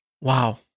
Wow